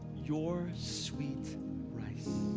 your sweet rice?